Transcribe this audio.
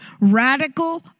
Radical